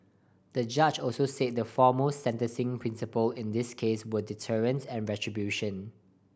the judge also said the foremost sentencing principle in this case were deterrence and retribution